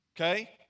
okay